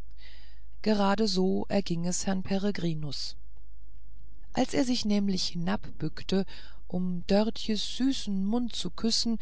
diesseits geradeso ging es herrn peregrinus als er sich nämlich hinabbückte um dörtjes süßen mund zu küssen